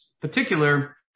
particular